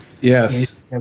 Yes